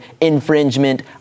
infringement